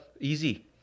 Easy